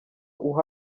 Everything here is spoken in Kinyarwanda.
uha